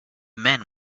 men